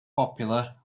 popular